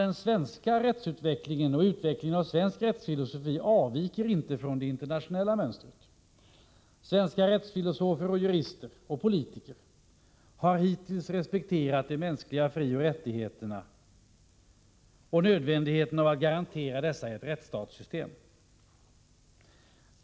Den svenska rättsutvecklingen och utvecklingen av svensk rättsfilosofi avviker inte från det internationella mönstret. Svenska rättsfilosofer, jurister och politiker har hittills respekterat de mänskliga frioch rättigheterna och nödvändigheten av att garantera dessa genom ett rättsstatssystem.